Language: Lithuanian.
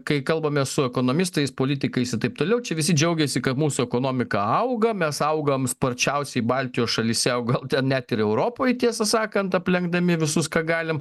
kai kalbame su ekonomistais politikais i taip toliau čia visi džiaugiasi kad mūsų ekonomika auga mes augam sparčiausiai baltijos šalyse o gal net ir europoj tiesą sakant aplenkdami visus ką galim